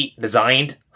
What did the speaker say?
designed